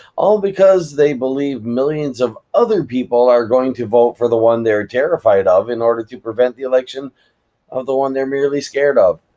all because they believe millions of other people are going to vote for the one they're terrified of, in order to prevent the election of the one they're merely scared of.